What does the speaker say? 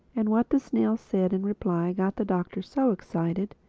and what the snail said in reply got the doctor so excited,